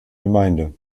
gemeinde